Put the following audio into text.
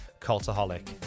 cultaholic